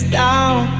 down